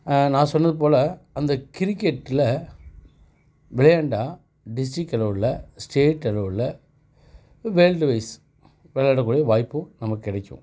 நான் சொன்னதுபோல் அந்த கிரிக்கெட்டில் விளையாண்டால் டிஸ்ட்ரிக் அளவில் ஸ்டேட் அளவில் வேர்ல்டு வைஸ் விளையாடக்கூடிய வாய்ப்பு நமக்கு கிடைக்கும்